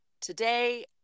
today